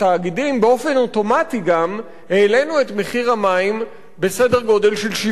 באופן אוטומטי גם העלינו את מחיר המים בסדר-גודל של 17%,